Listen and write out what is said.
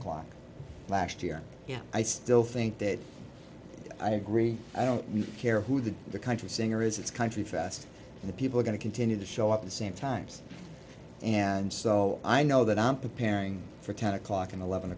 o'clock last year yeah i still think that i agree i don't really care who the the country singer is it's country fast and the people are going to continue to show up the same times and so i know that i'm preparing for ten o'clock and eleven